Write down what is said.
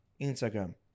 Instagram